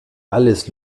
alles